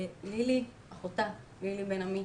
כשלילי אחותה, לילי בן עמי